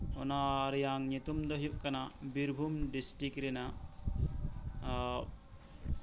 ᱚᱱᱟ ᱨᱮᱭᱟᱜ ᱧᱩᱛᱩᱢ ᱫᱚ ᱦᱩᱭᱩᱜ ᱠᱟᱱᱟ ᱵᱤᱨᱵᱷᱩᱢ ᱰᱤᱥᱴᱤᱠ ᱨᱮᱱᱟᱜ